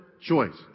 choice